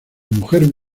mujer